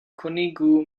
konigu